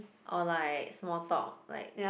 or like small talk like